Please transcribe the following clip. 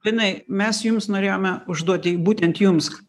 linai mes jums norėjome užduoti būtent jums